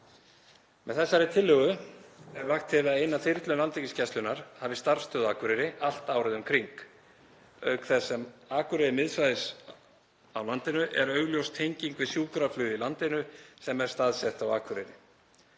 Með þessari tillögu er lagt til að ein af þyrlum Landhelgisgæslunnar hafi starfsstöð á Akureyri allt árið um kring. Auk þess sem Akureyri er miðsvæðis á landinu er augljós tenging við sjúkraflug í landinu sem er staðsett á Akureyri.